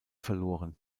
verloren